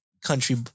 country